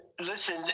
listen